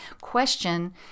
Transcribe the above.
question